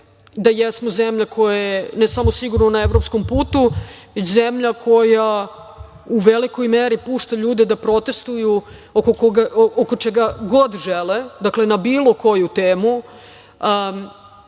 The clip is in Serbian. da jesmo zemlja koja je ne samo sigurno na evropskom putu, već zemlja koja u velikoj meri pušta ljude da protestuju oko čega god žele, dakle, na bilo koju temu,